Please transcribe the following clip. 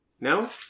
No